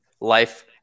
life